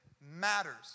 matters